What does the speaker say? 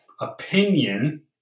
Opinion